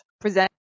present